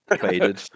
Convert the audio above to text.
faded